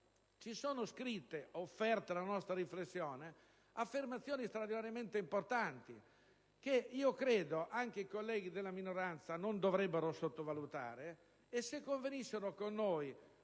sono contenute riflessioni e affermazioni straordinariamente importanti che credo anche i colleghi della minoranza non dovrebbero sottovalutare e se convenissero con noi